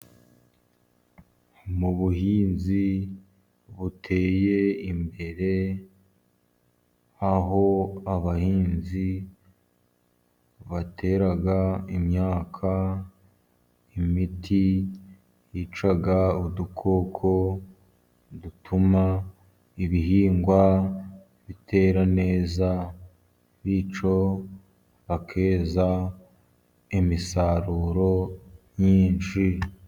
Mu buhinzi buteye imbere, aho abahinzi batera imyaka imiti yica udukoko, dutuma ibihingwa bitera neza, bityo bakeza imisaruro myinshi.